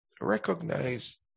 recognize